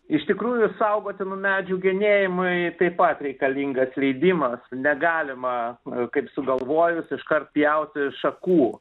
iš tikrųjų saugotinų medžių genėjimui taip pat reikalingas leidimas negalima kaip sugalvojus iškart pjauti šakų